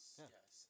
yes